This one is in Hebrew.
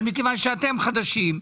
אבל מכיוון שאתם חדשים,